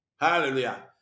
Hallelujah